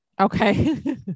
okay